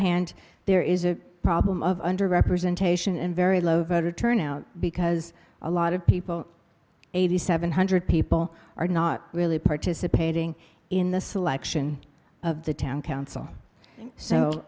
hand there is a problem of under representation and very low voter turnout because a lot of people eighty seven hundred people are not really participating in the selection of the town council so